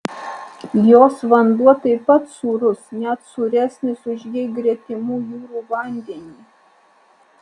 jos vanduo taip pat sūrus net sūresnis už jai gretimų jūrų vandenį